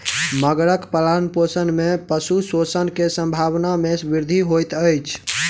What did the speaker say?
मगरक पालनपोषण में पशु शोषण के संभावना में वृद्धि होइत अछि